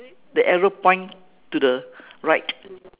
the arrow point to the right